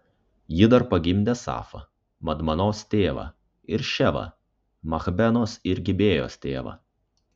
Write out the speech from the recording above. ji dar pagimdė safą madmanos tėvą ir ševą machbenos ir gibėjos tėvą